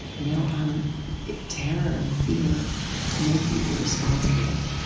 you know um terror and fear make you irresponsible.